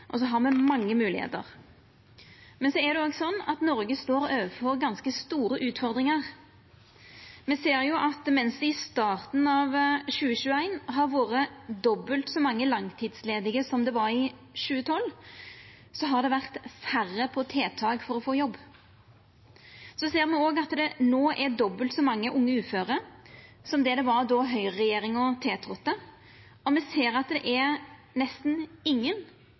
og så har me mange moglegheiter. Men så er det òg sånn at Noreg står overfor ganske store utfordringar. Me ser at mens det i starten av 2021 har vore dobbelt så mange langtidsledige som det var i 2012, så har det vore færre på tiltak for å få jobb. Me ser òg at det no er dobbelt så mange unge uføre som det det var då Høgre-regjeringa tiltredde, og me ser at det er nesten ingen